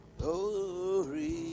Glory